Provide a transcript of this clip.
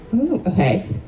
Okay